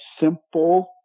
simple